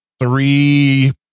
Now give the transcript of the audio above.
three